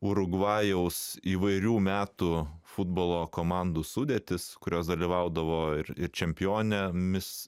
urugvajaus įvairių metų futbolo komandų sudėtis kurios dalyvaudavo ir ir čempionėmis